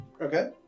Okay